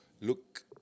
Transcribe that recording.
look